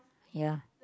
ya